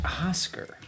Oscar